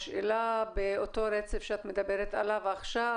השאלה באותו רצף שאת מדברת עליו עכשיו,